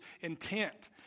intent